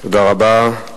תודה רבה.